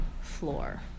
floor